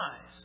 eyes